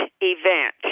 event